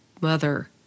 mother